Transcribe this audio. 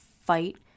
fight